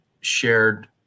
shared